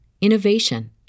innovation